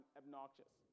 obnoxious